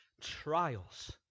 trials